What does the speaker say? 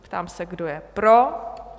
Ptám se, kdo je pro?